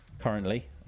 currently